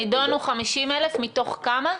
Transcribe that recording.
נידונו 50,000 מתוך כמה?